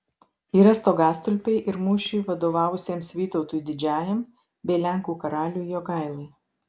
yra stogastulpiai ir mūšiui vadovavusiems vytautui didžiajam bei lenkų karaliui jogailai